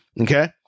okay